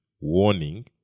warning